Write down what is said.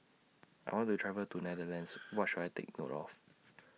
I want to travel to Netherlands What should I Take note of